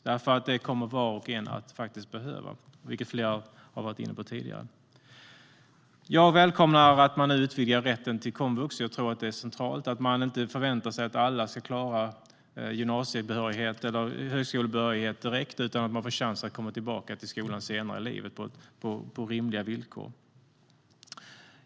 Det kommer nämligen var och en att behöva, vilket flera har varit inne på tidigare. Jag välkomnar att man nu utvidgar rätten till komvux. Jag tror att det är centralt att man inte förväntar sig att alla ska klara gymnasie eller högskolebehörighet direkt utan att man får chansen att komma tillbaka till skolan senare i livet på rimliga villkor.